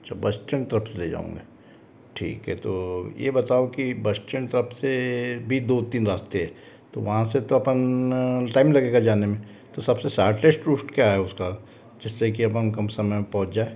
अच्छा bus stand तरफ़ से ले जाओगे ठीक है तो ये बताओ की बस स्टैंड तरफ़ से भी दो तीन रास्ते है तो वहाँ से तो अपन टाइम लगेगा जाने में तो सबसे शार्टेस्ट रूट क्या है उसका जिससे की अब हम कम समय में पहुँच जाए